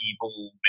evil